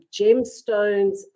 gemstones